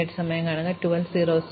അതിനാൽ അവ അത്തരം കട്ട് വെർട്ടീസുകളാണോ